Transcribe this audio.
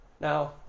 Now